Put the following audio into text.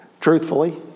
truthfully